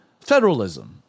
federalism